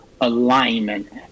alignment